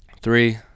Three